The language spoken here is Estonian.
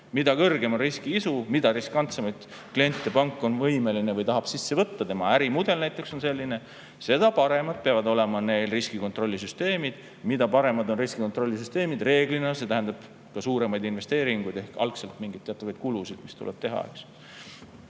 Mida kõrgem on riskiisu, mida riskantsemaid kliente pank on võimeline võtma või tahab võtta, sest tema ärimudel näiteks on selline, seda paremad peavad olema riskikontrollisüsteemid. Paremad riskikontrollisüsteemid reeglina tähendavad ka suuremaid investeeringuid ehk algselt mingeid kulusid, mis tuleb teha.